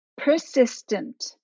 persistent